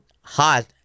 hot